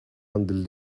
until